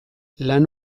lan